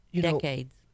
decades